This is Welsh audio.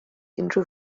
unrhyw